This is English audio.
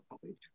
college